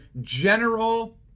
general